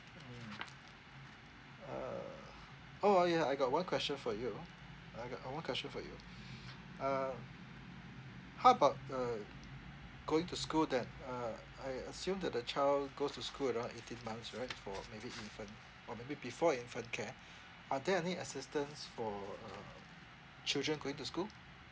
mm uh !ow! ah ya I got one question for you I got uh one question for you uh how about uh going to school then uh I assume that the child goes to school around eighteen months right for maybe infant or maybe before infant care are there any assistance for uh children going to school